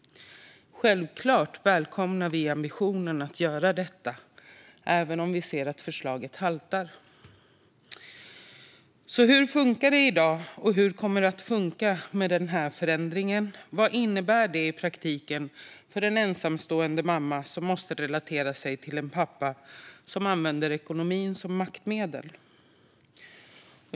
Självklart välkomnar vi ambitionen att göra detta, även om vi ser att förslaget haltar. Hur funkar det i dag, och hur kommer det att funka med den här förändringen? Vad innebär det i praktiken för den ensamstående mamman som måste förhålla sig till en pappa som använder ekonomin som maktmedel?